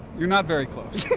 you're not very close.